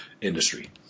industry